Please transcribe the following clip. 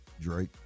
Drake